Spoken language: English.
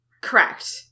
Correct